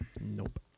Nope